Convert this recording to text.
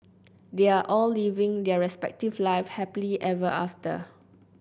they are all living their respective lives happily ever after